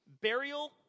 Burial